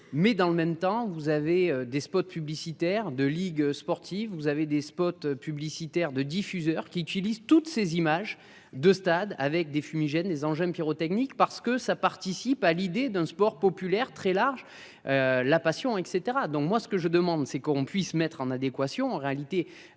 Mais dans le même temps vous avez des spots publicitaires de ligues sportives. Vous avez des spots publicitaires de diffuseurs qui utilise toutes ces images de stade avec des fumigènes, les engins pyrotechniques parce que ça participe à l'idée d'un sport populaire très large. La passion et cetera donc moi ce que je demande c'est qu'on puisse mettre en adéquation, en réalité,